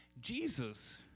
Jesus